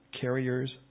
carriers